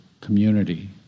community